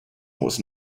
was